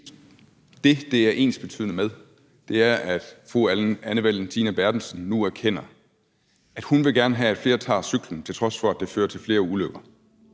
Det, det er ensbetydende med, er, at fru Anne Valentina Berthelsen nu erkender, at hun gerne vil have, at flere tager cyklen, til trods for at det fører til flere ulykker.